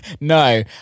No